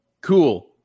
Cool